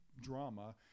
drama